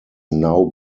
now